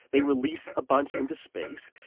they release a bunch into space,